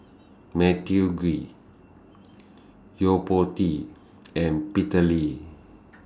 Matthew Ngui Yo Po Tee and Peter Lee